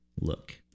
look